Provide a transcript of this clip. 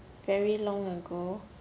very long ago